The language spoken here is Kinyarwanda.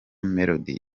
melody